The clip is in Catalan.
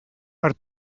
per